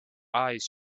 eyes